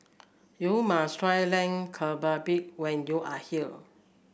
you must try Lamb when you are here